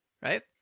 Right